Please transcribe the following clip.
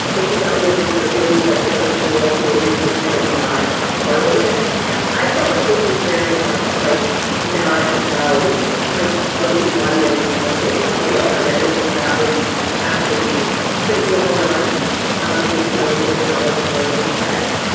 it's about women stripping, but it's like the male gaze is kind of not part of it. yeah, i felt like this was very much like not about like what the audience will think or feel. and i think that that was actually pretty well done based on my limited knowledge of lesbian sex